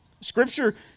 Scripture